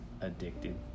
addicted